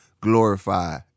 glorify